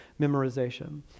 memorization